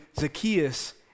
Zacchaeus